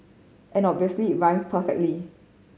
and obviously it rhymes perfectly